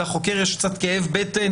לחוקר יש קצת כאב בטן